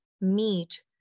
meet